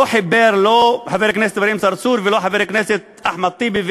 לא חיבר חבר הכנסת אברהים צרצור ולא חבר הכנסת אחמד טיבי,